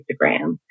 Instagram